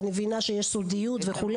אני מבינה שיש סודיות וכו'.